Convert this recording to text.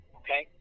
okay